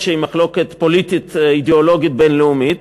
שהיא מחלוקת פוליטית-אידיאולוגית בין-לאומית,